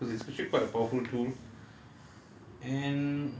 to basically everyone out there lah because it's actually quite a powerful tool